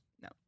No